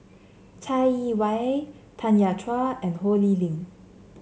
Chai Yee Wei Tanya Chua and Ho Lee Ling